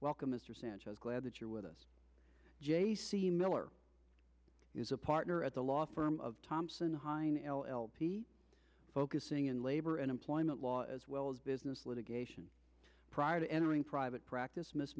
welcome mr sanchez glad that you're with us miller is a partner at the law firm of thompson hein l l p focusing in labor and employment law as well as business litigation prior to entering private practice miss